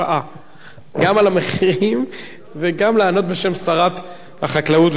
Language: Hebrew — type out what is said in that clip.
גם של המחירים וגם לענות בשם שרת החקלאות ופיתוח הכפר.